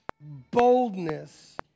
boldness